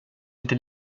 inte